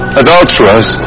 adulterers